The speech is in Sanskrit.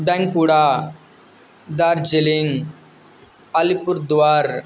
बेङ्कुडा दार्जिलिङ्ग् अलिपुर्द्वार्